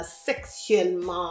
sexuellement